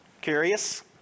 curious